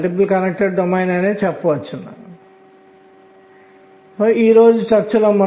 అయస్కాంత క్షేత్రాన్ని z గా వర్తింపజేసిన ఈ దిశను నేను తీసుకోగలం